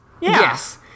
Yes